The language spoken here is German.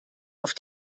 auf